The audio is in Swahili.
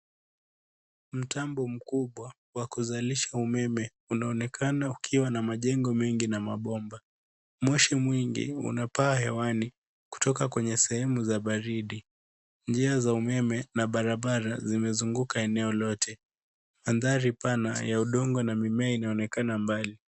Mtambo mkubwa wa kuzalisha umeme unaonekana ukiwa na majengo mengi na mabomba. Moshi mwingi unapaa hewani kutoka kwenye sehemu za baridi. Njia za umeme na barabara zimezunguka eneo lote. Mandhari ni pana ya udongo na mimea inaonekana mbali.